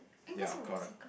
ya correct